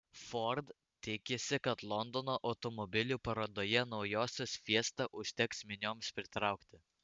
ford tikisi kad londono automobilių parodoje naujosios fiesta užteks minioms pritraukti